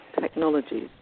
technologies